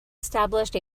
established